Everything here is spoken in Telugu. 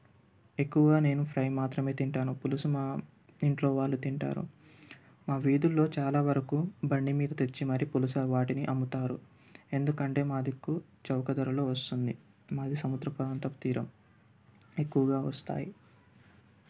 ఎక్కువగా నేను ఫ్రై మాత్రమే తింటాను పులుసు మా ఇంట్లో వాళ్ళు తింటారు మా వీధులలో చాలా వరకు బండి మీద తెచ్చి మరీ పులస వాటిని అమ్ముతారు ఎందుకంటే మా దిక్కు చౌక ధరలో వస్తుంది మాది సముద్ర ప్రాంతం తీరం ఎక్కువగా వస్తాయి